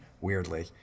weirdly